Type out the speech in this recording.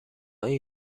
این